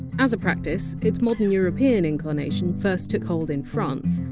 as a practice, its modern european incarnation first took hold in france,